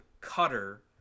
cutter